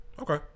okay